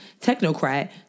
technocrat